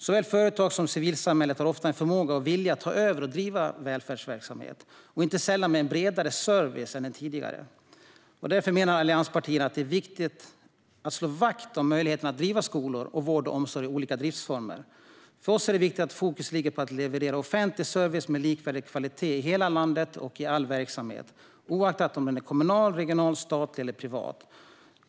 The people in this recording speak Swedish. Såväl företag som civilsamhället har ofta förmåga och vilja att ta över och driva vidare välfärdsverksamhet, inte sällan med en bredare service än tidigare. Därför menar allianspartierna att det är viktigt att slå vakt om möjligheten att driva skolor och vård och omsorg i olika driftsformer. För oss är det viktigt att fokus ligger på att leverera offentlig service med likvärdig kvalitet i hela landet och i all verksamhet - oavsett om den är kommunal, regional, statlig eller privat.